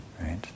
right